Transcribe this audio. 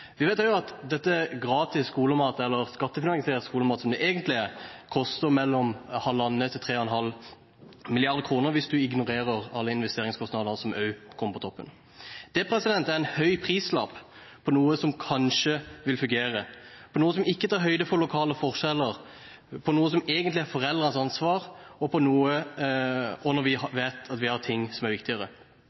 Vi vet også at gratis skolemat – eller skattefinansiert skolemat, som det egentlig er – koster mellom 1,5 og 3,5 mrd. kr, hvis man ignorerer alle investeringskostnadene som også kommer på toppen. Det er en høy prislapp på noe som kanskje vil fungere, på noe som ikke tar høyde for lokale forskjeller, på noe som egentlig er foreldrenes ansvar – når vi vet at vi har ting som er viktigere.